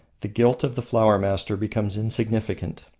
the guilt of the flower-master becomes insignificant.